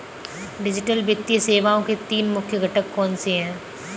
digital वित्तीय सेवाओं के तीन मुख्य घटक कौनसे हैं